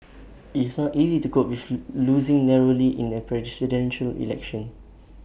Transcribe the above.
IT is not easy to cope with losing narrowly in A Presidential Election